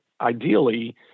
ideally